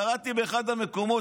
קראתי באחד המקומות,